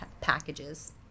packages